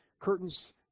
curtains